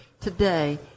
today